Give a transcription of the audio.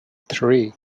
three